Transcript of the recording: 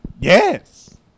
Yes